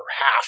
half